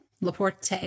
LaPorte